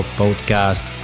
podcast